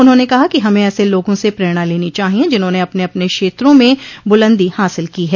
उन्होंने कहा कि हमें ऐसे लोगों से प्रेरणा लेनी चाहिये जिन्होंने अपने अपने क्षेत्रों में बुलन्दी हासिल की है